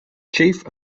chief